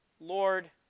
Lord